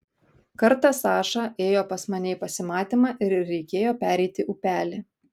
kartą saša ėjo pas mane į pasimatymą ir reikėjo pereiti upelį